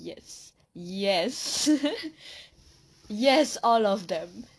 yes yes yes all of them